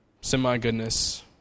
semi-goodness